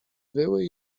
wyły